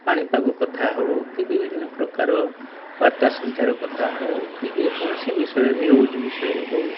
ପାଣିପାଗ କଥା ହେଉ କି ବିଭିନ୍ନ ପ୍ରକାର ବାର୍ତ୍ତା ସଂଚାର କଥା ହେଉ କି ଯେକୌଣସି ବିଷୟରେ ନ୍ୟୁଜ୍ ବିଷୟରେ ହେଉ